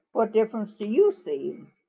what difference do you see?